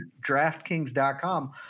DraftKings.com